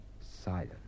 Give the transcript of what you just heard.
silent